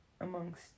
amongst